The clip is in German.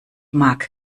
mag